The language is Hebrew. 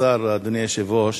אדוני היושב-ראש,